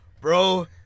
Bro